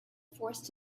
forced